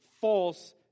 false